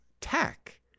tech